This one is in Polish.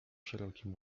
szerokim